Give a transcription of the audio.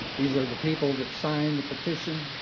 these are the people that signed the petition.